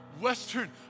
Western